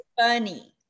funny